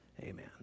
amen